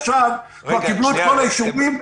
עכשיו כבר קיבלו את כל האישורים.